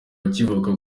akivuka